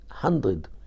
hundred